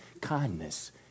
Kindness